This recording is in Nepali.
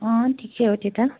अँ ठिकै हो त्यो त